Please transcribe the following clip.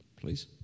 please